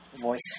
voice